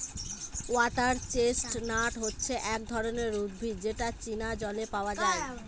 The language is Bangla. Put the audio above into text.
ওয়াটার চেস্টনাট হচ্ছে এক ধরনের উদ্ভিদ যেটা চীনা জলে পাওয়া যায়